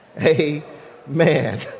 Amen